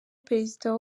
perezida